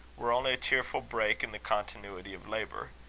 were only a cheerful break in the continuity of labour.